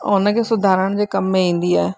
उन खे सुधारण जे कम में ईंदी आहे